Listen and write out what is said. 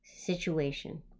situation